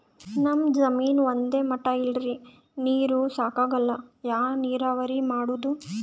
ನಮ್ ಜಮೀನ ಒಂದೇ ಮಟಾ ಇಲ್ರಿ, ನೀರೂ ಸಾಕಾಗಲ್ಲ, ಯಾ ನೀರಾವರಿ ಮಾಡಮು?